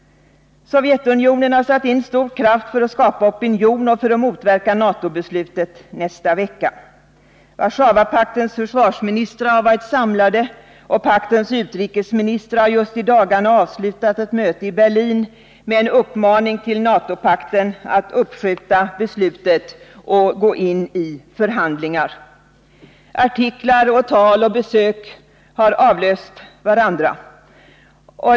Sovjetunionen har satt in stor kraft för att skapa opinion och för att motverka NATO-beslutet nästa vecka. Warszawapaktens försvarsministrar har varit samlade, och paktens utrikesministrar har just i dagarna avslutat ett möte i Berlin med en uppmaning till NATO-pakten att uppskjuta beslutet och gå in i förhandlingar. Artiklar, tal och besök har avlöst varandra.